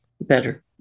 better